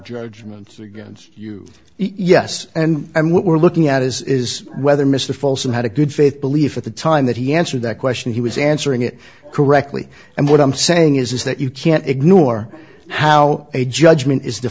judgments against you yes and what we're looking at is is whether mr folsom had a good faith belief at the time that he answered that question he was answering it correctly and what i'm saying is that you can't ignore how a judgment is